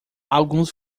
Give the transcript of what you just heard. alguns